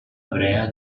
hebrea